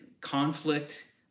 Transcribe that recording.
conflict